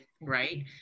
right